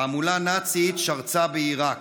תעמולה נאצית שרצה בעירק.